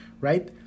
right